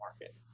market